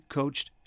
coached